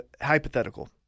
hypothetical